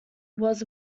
was